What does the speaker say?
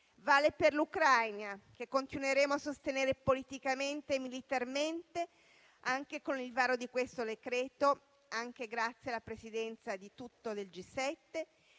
Vale per l'Ucraina, che continueremo a sostenere politicamente e militarmente anche con il varo di questo decreto, anche grazie alla Presidenza del G7;